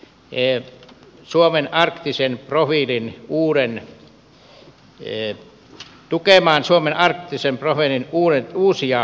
eivät suomen arktiseen provide pohjalta tullaan tukemaan suomen arktisen profiilin uusia hankekokonaisuuksia